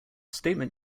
statement